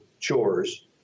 chores